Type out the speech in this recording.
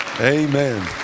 Amen